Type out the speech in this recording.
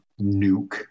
nuke